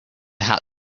had